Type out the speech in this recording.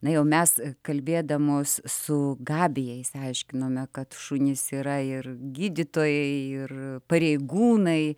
na jau mes kalbėdamos su gabija išsiaiškinome kad šunys yra ir gydytojai ir pareigūnai